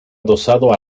adosado